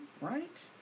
right